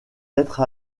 être